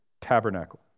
tabernacle